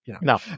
No